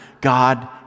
God